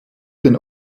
den